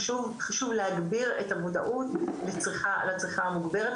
חשוב להגביר את המודעות לצריכה המוגברת